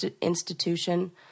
institution